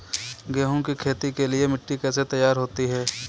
गेहूँ की खेती के लिए मिट्टी कैसे तैयार होती है?